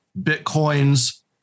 Bitcoin's